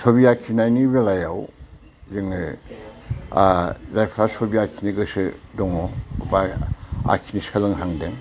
सबि आखिनायनि बेलायाव जोङो जायफ्रा सबि आखिनो गोसो दङ बा आखिनो सोलोंहांदों